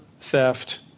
theft